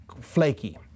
flaky